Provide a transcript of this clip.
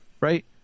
right